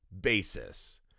basis